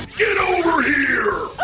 get over here! ooh,